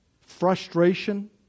Frustration